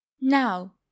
now